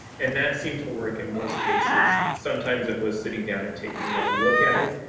and that seemed to work in most cases. sometimes it was sitting down and taking another look at it.